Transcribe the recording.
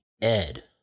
Ed